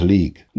League